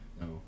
No